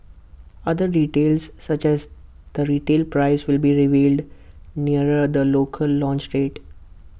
other details such as the retail price will be revealed nearer the local launch date